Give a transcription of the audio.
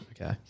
Okay